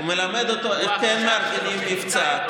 הוא מלמד אותו איך כן מכינים מבצע.